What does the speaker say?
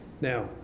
now